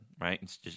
right